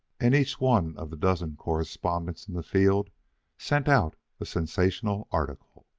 and each one of the dozen correspondents in the field sent out a sensational article.